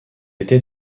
était